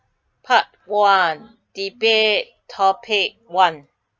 part one debate topic one